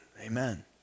Amen